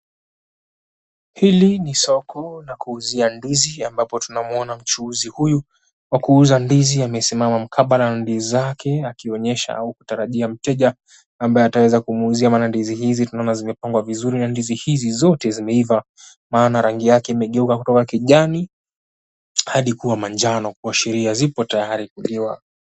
Hili ni soko la kuuzia ndizi ambapo tunamuona mchuuzi huyu wa kuuza ndizi amesimama mkabla na ndizi zake akionyesha au kutarajia mteja ambaye ataweza kumuuzia mana ndizi hizi tunaona zimepangwa vizuri, na ndizi hizi zote zimeiva mana rangi yake imegeuka kutoka kijani hadi kuwa manjano kuashiria ziko tayari kuliwa.